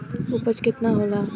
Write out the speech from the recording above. उपज केतना होला?